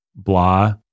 blah